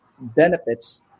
benefits